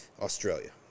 Australia